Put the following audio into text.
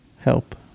help